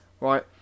right